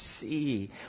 see